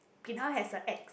bin hao has a ex